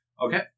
Okay